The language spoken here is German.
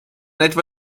etwa